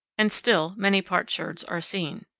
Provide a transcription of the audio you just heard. and still many potsherds are seen.